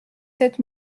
sept